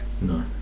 No